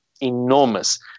enormous